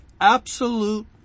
absolute